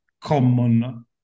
common